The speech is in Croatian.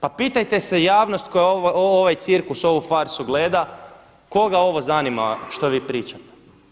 Pa pitajte javnost koja ovaj cirkus, ovu farsu gleda koga ovo zanima što vi pričate?